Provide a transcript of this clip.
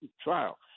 trial